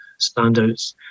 standouts